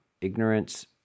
ignorance